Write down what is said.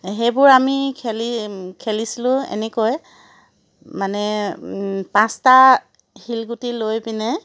সেইবোৰ আমি খেলি খেলিছিলোঁ এনেকৈ মানে পাঁচটা শিলগুটি লৈ পিনে